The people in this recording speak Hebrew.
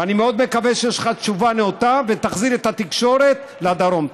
ואני מאוד מקווה שיש לך תשובה נאותה ותחזיר את התקשורת לדרום.